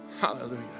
Hallelujah